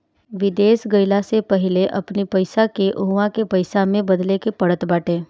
विदेश गईला से पहिले अपनी पईसा के उहवा के पईसा में बदले के पड़त बाटे